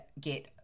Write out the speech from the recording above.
get